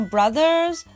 Brothers